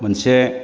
मोनसे